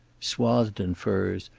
swathed in furs,